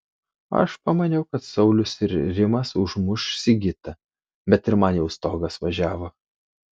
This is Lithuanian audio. aš pamaniau kad saulius ir rimas užmuš sigitą bet ir man jau stogas važiavo